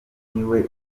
niwe